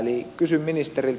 eli kysyn ministeriltä